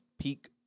peak